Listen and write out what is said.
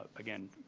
again,